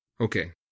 Okay